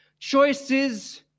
Choices